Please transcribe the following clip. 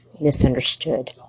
misunderstood